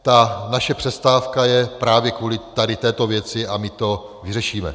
Ta naše přestávka je právě kvůli tady této věci a my to vyřešíme.